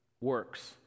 works